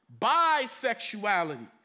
bisexuality